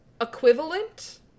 Equivalent